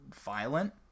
violent